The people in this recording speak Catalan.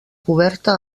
coberta